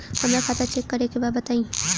हमरा खाता चेक करे के बा बताई?